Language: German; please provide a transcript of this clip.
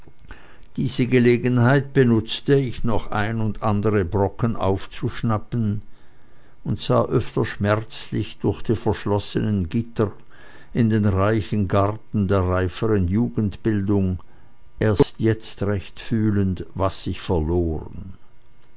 diese gelegenheit benutzte ich noch ein und andere brocken aufzuschnappen und sah öfter schmerzlich durch die verschlossenen gitter in den reichen garten der reiferen jugendbildung erst jetzt recht fühlend was ich verloren